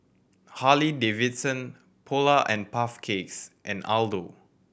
Harley Davidson Polar and Puff Cakes and Aldo